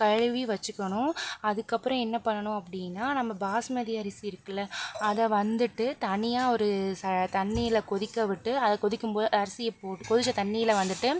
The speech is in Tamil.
கழுவி வச்சுக்கணும் அதுக்கப்புறம் என்ன பண்ணணும் அப்படினா நம்ம பாஸ்மதி அரிசி இருக்குல்லை அதை வந்துட்டு தனியாக ஒரு ச தண்ணியில் கொதிக்கவிட்டு அது கொதிக்கும்போது அரிசியை போட்டு கொதித்த தண்ணியில் வந்துட்டு